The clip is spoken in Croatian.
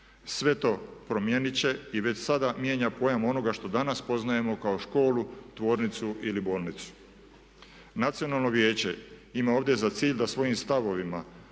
Sve to promijenit će i već sada mijenja pojam onoga što danas poznajemo kao školu, tvornicu ili bolnicu. Nacionalno vijeće ima ovdje za cilj da svojim stavovima